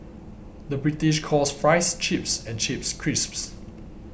the British calls Fries Chips and Chips Crisps